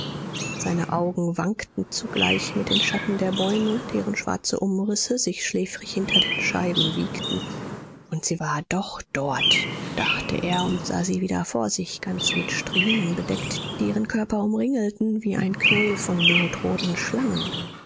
seine augen wankten zugleich mit den schatten der bäume deren schwarze umrisse sich schläfrig hinter den scheiben wiegten und sie war doch dort dachte er und sah sie wieder vor sich ganz mit striemen bedeckt die ihren körper umringelten wie ein knäuel von blutroten schlangen